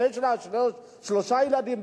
שיש לה שלושה ילדים,